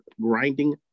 Grinding